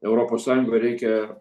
europos sąjungoj reikia